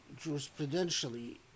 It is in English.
jurisprudentially